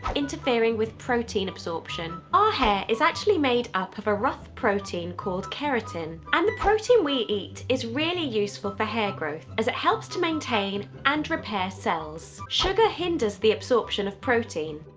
interfering with protein absorption. our hair is actually made up of a rough protein called keratin. and the protein that we eat, is really useful for hair growth, as it helps to maintain and repair cells. sugar hinders the absorption of protein.